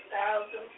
thousand